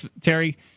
Terry –